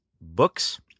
books